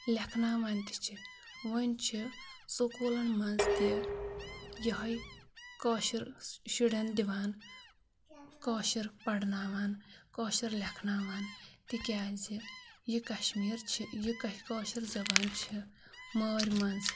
لیکھناوان تہِ چھِ وۄنۍ چھِ سکوٗلَن منٛز تہِ یِہے کٲشُر شُرٮ۪ن دِوان کٲشُر پَرناوان کٲشُر لیکھناوان تِکیٛازِ یہِ کَشمیٖر چھِ یہِ کٲشِر زبان چھِ مٲرۍ منٛز